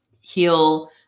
heal